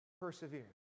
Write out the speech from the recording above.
persevere